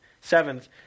Seventh